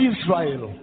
Israel